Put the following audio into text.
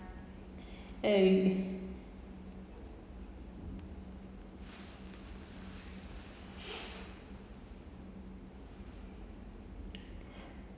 eh